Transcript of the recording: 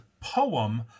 poem